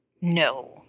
No